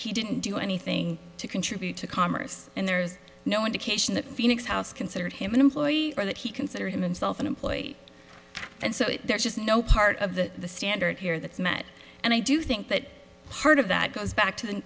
and he didn't do anything to contribute to commerce and there's no indication that phoenix house considered him an employee or that he consider himself an employee and so there's just no part of the standard here that's met and i do think that part of that goes back to the